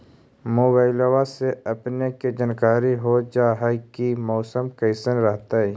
मोबाईलबा से अपने के जानकारी हो जा है की मौसमा कैसन रहतय?